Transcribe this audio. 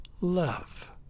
love